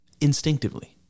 instinctively